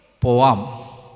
Poam